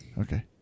Okay